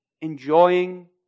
enjoying